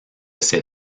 ces